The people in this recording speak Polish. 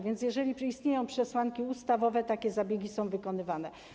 Więc jeżeli istnieją przesłanki ustawowe, takie zabiegi są wykonywane.